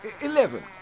Eleven